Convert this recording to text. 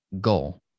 goal